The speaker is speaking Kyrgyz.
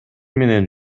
менен